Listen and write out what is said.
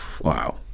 wow